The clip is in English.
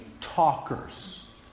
talkers